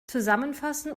zusammenfassen